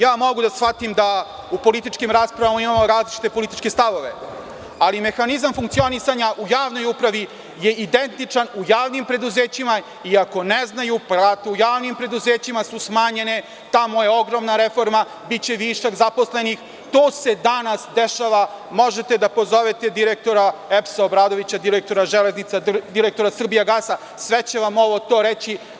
Ja mogu da shvatim da u političkim raspravama imamo različite političke stavove, ali mehanizam funkcionisanja u javnoj upravi je identičan u javnim preduzećima i ako ne znaju, plate u javnim preduzećima su smanjene, tamo je ogromna reforma, biće višak zaposlenih, to se danas dešava, možete da pozovete direktora EPS Obradovića, direktora „Železnica“, direktora „Srbijagasa“, sve će vam ovo reći.